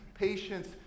patience